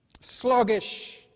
Sluggish